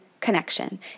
connection